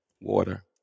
Water